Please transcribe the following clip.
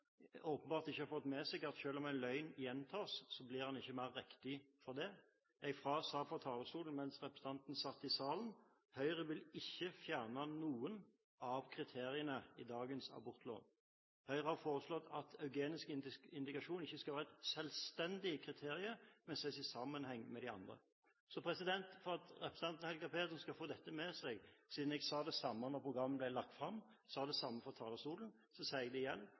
åpenbart ikke har fått med seg at selv om en løgn gjentas, blir den ikke mer riktig for det. Jeg sa fra talerstolen mens representanten satt i salen: Høyre vil ikke fjerne noen av kriteriene i dagens abortlov. Høyre har foreslått at eugenisk indikasjon ikke skal være et selvstendig kriterium, men ses i sammenheng med de andre. Så for at representanten Helga Pedersen skal få dette med seg – siden jeg sa det samme da programmet ble lagt fram, og sa det samme fra talerstolen – så sier jeg det igjen: